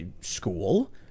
school